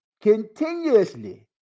continuously